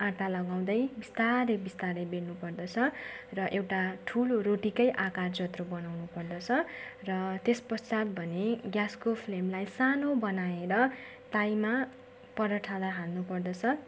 आँटा लगाउँदै बिस्तारै बिस्तारै बेल्नुपर्दछ र एउटा ठुलो रोटीकै आकार जत्रो बनाउनुपर्दछ र त्यसपश्चात भने ग्यासको फ्लेमलाई सानो बनाएर ताईमा पराठालाई हाल्नुपर्दछ